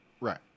Right